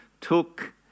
took